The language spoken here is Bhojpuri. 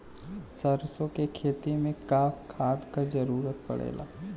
सरसो के खेती में का खाद क जरूरत पड़ेला?